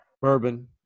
bourbon